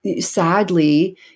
sadly